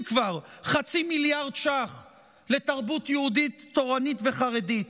כבר חצי מיליארד ש"ח לתרבות יהודית תורנית וחרדית.